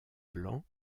blancs